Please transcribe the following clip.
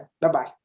Bye-bye